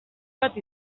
bat